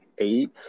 eight